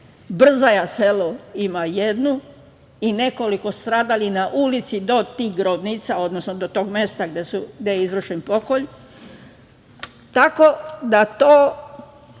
Brzaja selo ima jednu i nekoliko stradalih na ulici do tih grobnica, odnosno do tog mesta gde je izvršen pokolj, tako da su